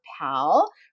pal